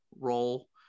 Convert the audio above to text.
role